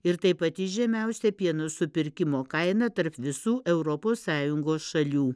ir tai pati žemiausia pieno supirkimo kaina tarp visų europos sąjungos šalių